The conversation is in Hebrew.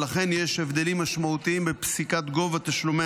ולכן יש הבדלים משמעותיים בפסיקת גובה תשלומי